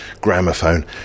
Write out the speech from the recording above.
gramophone